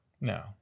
No